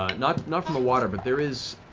not not from the water, but there is,